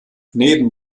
neben